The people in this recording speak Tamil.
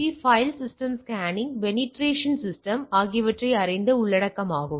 S file system scanning penetration system ஆகியவற்றை அறிந்த உள்ளடக்கமாகும்